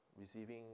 receiving